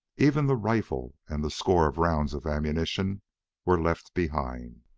even the rifle and the score of rounds of ammunition were left behind.